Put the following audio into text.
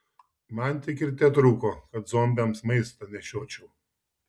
man tik ir tetrūko kad zombiams maistą nešiočiau